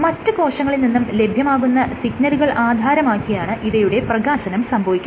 മറ്റ് കോശങ്ങളിൽ നിന്നും ലഭ്യമാകുന്ന സിഗ്നലുകൾ ആധാരമാക്കിയാണ് ഇവയുടെ പ്രകാശനം സംഭവിക്കുന്നത്